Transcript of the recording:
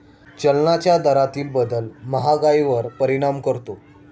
चलनाच्या दरातील बदल महागाईवर परिणाम करतो